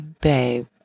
babe